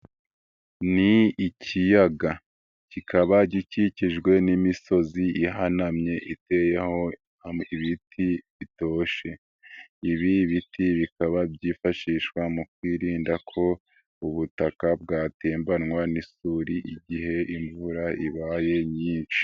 Ni ikiyaga kikaba gikikijwe n'imisozi ihanamye iteyeho ibiti bitoshye, ibi biti bikaba byifashishwa mu kwirinda ko ubutaka bwatembanwa n'isuri igihe imvura ibaye nyinshi.